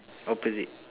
opposite